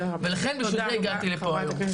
ולכן בשביל זה הגעתי לפה היום.